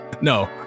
No